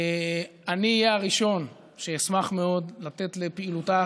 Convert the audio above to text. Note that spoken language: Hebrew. אני אהיה הראשון שישמח מאוד לתת לפעילותה